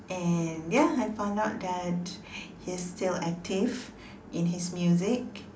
and ya I found out that he's still active in his music